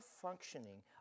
functioning